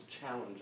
challenge